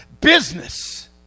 business